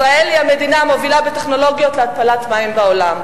ישראל היא המדינה המובילה בטכנולוגיות להתפלת מים בעולם,